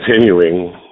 continuing